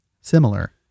similar